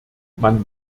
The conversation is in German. man